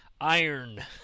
Iron